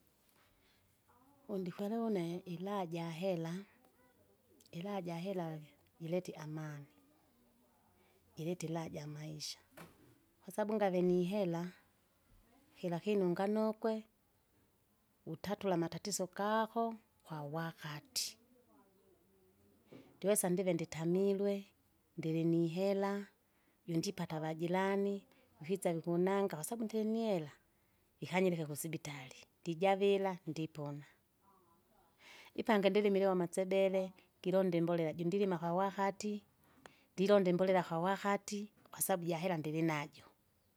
vundikwerewa une iraha jahera, iraha jahera vavya ileta iamani, jireta iraha jamaisha, kwasabu ngave nihera, hilakini unganokwe, utatula amatatizo gako, kwawakati, ndiwesa ndive nditamirwe, ndirinilela, jundipata vajirani, vikwisa vikunanga kwasabu ndirinihela, ikanyireke kusibitari, ndijavira ndipona. Ipange ndilimiliwa amatsebele gilonda imbolele jundilima kwawakati, ndilonda imbolela kwawakati, kwasabu jahera ndilinajo.